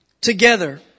together